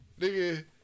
Nigga